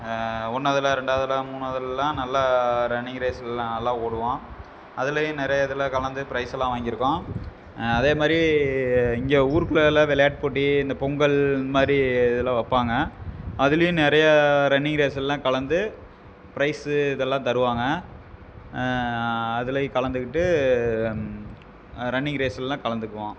ஒன்றாவதுல ரெண்டாவதில மூணாவதுல்லாம் நல்லா ரன்னிங் ரேஸெல்லாம் நல்லா ஓடுவோம் அதிலையும் நிறையா இதில் கலந்து ப்ரைஸ் எல்லாம் வாங்கியிருக்கோம் அதே மாதிரி இங்கே ஊருக்குள்ளே எல்லாம் விளையாட்டு போட்டி இந்த பொங்கல் இது மாதிரி இதெலாம் வைப்பாங்க அதுலையும் நிறையா ரன்னிங் ரேஸ் எல்லாம் கலந்து ப்ரைஸு இதெல்லாம் தருவாங்க அதிலையும் கலந்துக்கிட்டு ரன்னிங் ரேஸுல்லாம் கலந்துக்குவோம்